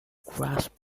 grasp